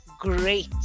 great